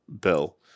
bill